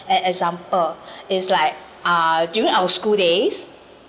and example is like uh during our school days